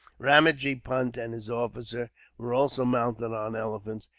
ramajee punt and his officer were also mounted on elephants,